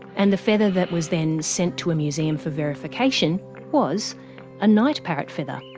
and the feather that was then sent to a museum for verification was a night parrot feather.